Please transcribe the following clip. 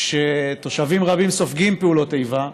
כשתושבים רבים סופגים פעולות איבה,